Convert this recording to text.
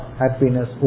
happiness